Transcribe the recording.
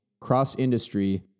cross-industry